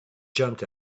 jumped